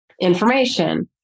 information